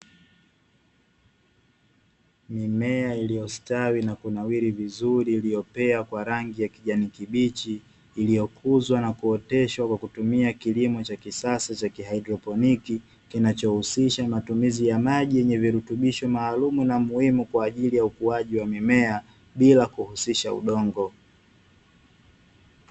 Mimea iliyostwawi na kunawiri vizuri iliyomea kwa rangi ya kijani kibichi, iliyokuzwa na kuoteshwa kwa kutumia kilimo cha kisasa cha "kihydroponic" kinachohusisha matumizi ya maji yenye virutubisho maalumu na muhimu kwa ajili ya ukuaji wa mimea bila kutumia udongo.